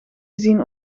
gezien